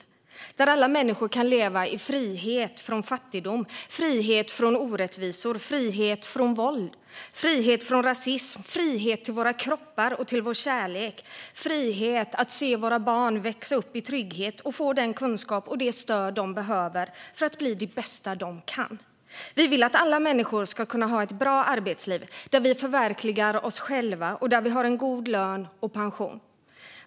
Där kan vi alla människor leva i frihet från fattigdom, frihet från orättvisor, frihet från våld, frihet från rasism, frihet till våra kroppar och till vår kärlek och frihet att se våra barn växa upp i trygghet och få den kunskap och det stöd de behöver för att bli det bästa de kan. Vi vill att alla människor ska kunna ha ett bra arbetsliv där de förverkligar sig själva och får en god lön och pension.